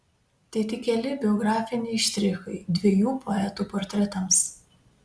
tai tik keli biografiniai štrichai dviejų poetų portretams